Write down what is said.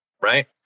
Right